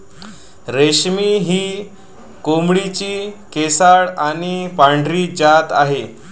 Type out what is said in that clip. रेशमी ही कोंबडीची केसाळ आणि पांढरी जात आहे